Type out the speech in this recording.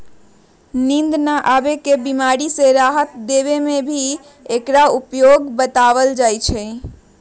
नींद न आवे के बीमारी से राहत देवे में भी एकरा उपयोग बतलावल जाहई